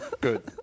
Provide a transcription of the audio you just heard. good